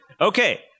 Okay